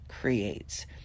creates